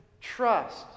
trust